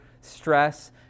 stress